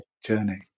journey